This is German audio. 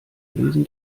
lesen